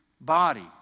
body